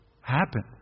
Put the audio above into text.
happen